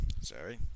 sorry